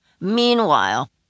Meanwhile